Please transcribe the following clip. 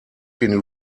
been